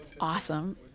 awesome